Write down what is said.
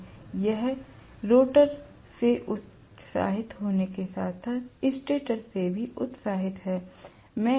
तो यह स्टेटर से उत्साहित होने के साथ साथ रोटर से भी उत्साहित है